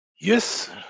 Yes